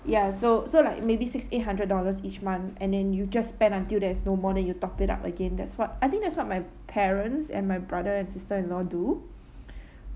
ya so so like maybe six eight hundred dollars each month and then you just spend until there is no more then you top it up again that's what I think that's what my parents and my brother and sister in law do